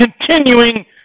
continuing